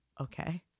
Okay